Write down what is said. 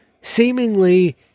seemingly